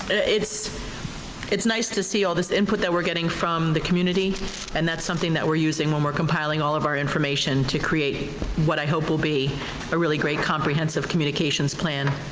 it's it's nice to see all this input that we're getting from the community and that's something that we're using when we're compiling all of our information to create what i hope will be a really great, comprehensive communications plan